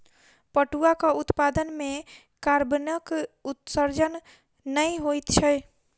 पटुआक उत्पादन मे कार्बनक उत्सर्जन नै होइत छै